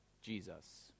Jesus